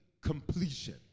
Completion